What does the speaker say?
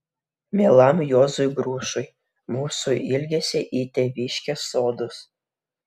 mielam juozui grušui mūsų ilgesį į tėviškės sodus